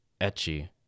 etchy